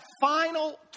final